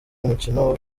mukino